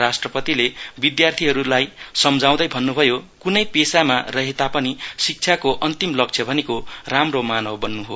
राष्ट्रपतिले विद्यार्थीहरूलाई सम्झाउँदै भन्नुभयो कुनै पेशामा रहे तापनि शिक्षाको अन्तिम लक्ष्य भनेको राम्रो मानव बन्नु हो